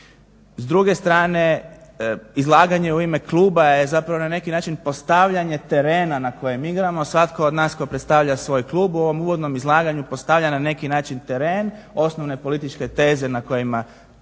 S druge strane, izlaganje u ime kluba je zapravo na neki način postavljanje terena na kojem igramo, svatko od nas tko predstavlja svoj klub u ovom uvodnom izlaganju postavlja na neki način teren, osnovne političke teze na kojima "igramo"